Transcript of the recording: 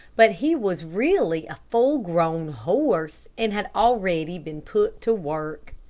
but he was really a full-grown horse, and had already been put to work.